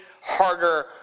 harder